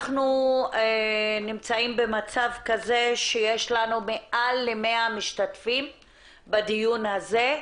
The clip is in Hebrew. אנחנו נמצאים במצב כזה שיש לנו מעל ל-100 משתתפים בדיון הזה,